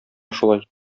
шулай